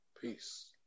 peace